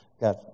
Got